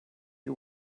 you